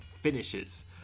finishes